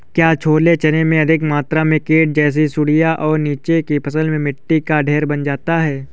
क्या छोले चने में अधिक मात्रा में कीट जैसी सुड़ियां और नीचे की फसल में मिट्टी का ढेर बन जाता है?